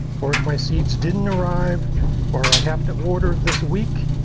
or my seeds didn't arrive or i have to order this week.